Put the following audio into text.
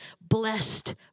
Blessed